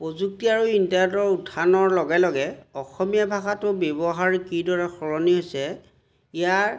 প্ৰযুক্তি আৰু ইণ্টাৰনেটৰ উত্থানৰ লগে লগে অসমীয়া ভাষাটো ব্যৱহাৰ কিদৰে সলনি হৈছে ইয়াৰ